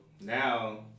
now